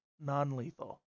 non-lethal